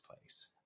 place